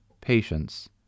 patience